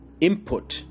input